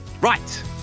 Right